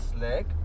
leg